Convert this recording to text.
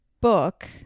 book